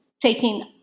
taking